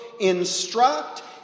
instruct